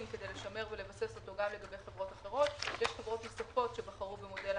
למרות זאת, כשמסתכלים על